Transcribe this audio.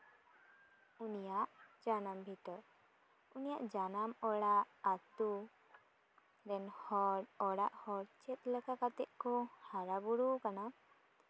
ᱩᱱᱤᱭᱟᱜ ᱡᱟᱱᱟᱢ ᱵᱷᱤᱴᱟᱹ ᱩᱱᱤᱭᱟᱜ ᱡᱟᱱᱟᱢ ᱚᱲᱟᱜ ᱟᱛᱳ ᱨᱮᱱ ᱦᱚᱲ ᱚᱲᱟᱜ ᱦᱚᱲ ᱪᱮᱫ ᱞᱮᱠᱟ ᱠᱟᱛᱮᱜ ᱠᱚ ᱦᱟᱨᱟᱵᱩᱨᱩᱣ ᱠᱟᱱᱟ